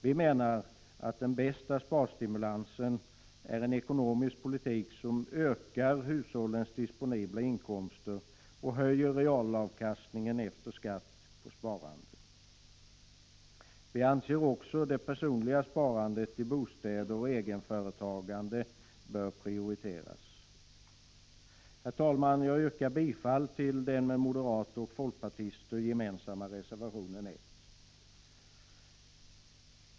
Vi menar att den bästa sparstimulansen är en ekonomisk politik som ökar hushållens disponibla inkomster och höjer realavkastningen efter skatt och sparande. Vi anser också att det personliga sparandet i bostäder och egenföretagande bör prioriteras. Herr talman! Jag yrkar bifall till den med moderater och folkpartister gemensamma reservationen 1.